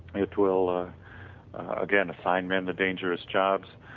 it will again assign them the dangerous jobs,